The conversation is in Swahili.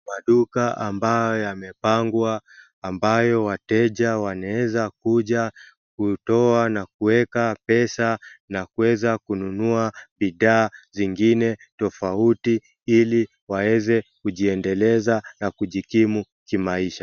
Maduka ambayo yamepangwa ambayo wateja wanaweza kuja kutoa na kuweka pesa nakuweza kununua bidhaa zingine tofauti ili waweze kujiendeleza na kujikimu kimaisha.